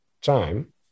time